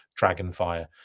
Dragonfire